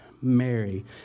Mary